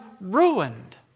ruined